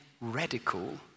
radical